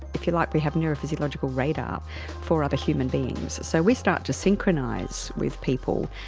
if you like, we have neurophysiological radar for other human beings. so we start to synchronise with people,